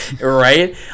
Right